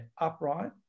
upright